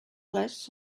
less